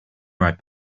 right